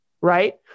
right